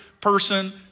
person